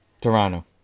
Toronto